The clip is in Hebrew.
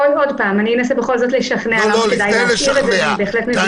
בנושא של